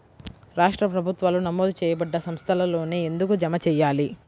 రాష్ట్ర ప్రభుత్వాలు నమోదు చేయబడ్డ సంస్థలలోనే ఎందుకు జమ చెయ్యాలి?